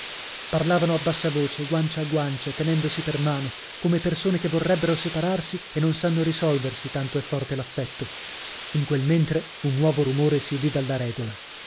parlavano a bassa voce guancia a guancia tenendosi per mano come persone che vorrebbero separarsi e non sanno risolversi tanto è forte l'affetto in quel mentre un nuovo rumore si udì dalla rèdola